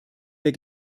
wir